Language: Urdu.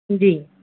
جی